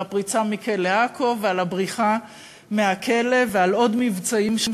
הפריצה מכלא עכו ועל הבריחה מהכלא ועל עוד מבצעים.